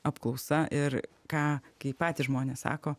apklausa ir ką kaip patys žmonės sako